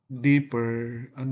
deeper